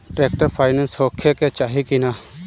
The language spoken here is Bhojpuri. ट्रैक्टर पाईनेस होखे के चाही कि ना?